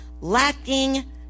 lacking